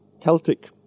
Celtic